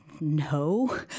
no